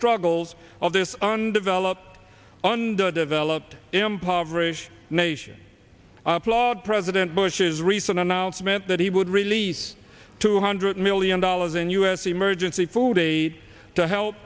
struggles of this undeveloped underdeveloped impoverished nation applaud president bush's recent announcement that he would release two hundred million dollars in u s emergency food aid to help